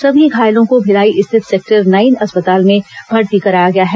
सभी घायलों को भिलाई स्थित सेक्टर नौ अस्पताल में भर्ती कराया गया है